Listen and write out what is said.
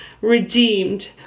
redeemed